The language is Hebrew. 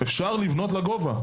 אפשר גם כאן לבנות לגובה.